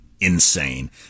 insane